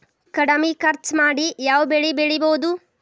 ಕಡಮಿ ಖರ್ಚ ಮಾಡಿ ಯಾವ್ ಬೆಳಿ ಬೆಳಿಬೋದ್?